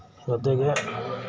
ಜೊತೆಗೆ